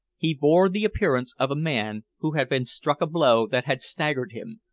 he bore the appearance of a man who had been struck a blow that had staggered him,